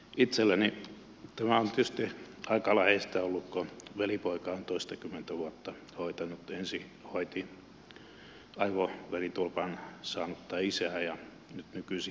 itselleni tämä on tietysti aika läheistä ollut kun velipoika on toistakymmentä vuotta hoitanut ensin hoiti aivoveritulpan saanutta isää ja nykyisin hoitaa äitiä